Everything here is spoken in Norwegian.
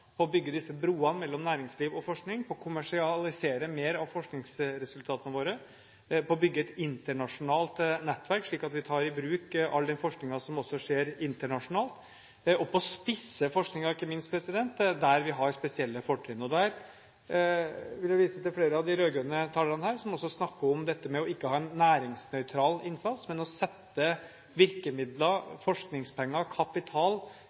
å bygge disse broene mellom næringsliv og forskning, mot å kommersialisere mer av forskningsresultatene våre, mot å bygge et internasjonalt nettverk, slik at vi tar i bruk all den forskningen som også skjer internasjonalt, og mot å spisse forskningen, ikke minst, der vi har spesielle fortrinn. Der vil jeg vise til flere av de rød-grønne talerne som også snakker om dette med ikke å ha en næringsnøytral innsats, men om å sette virkemidler, forskningspenger, kapital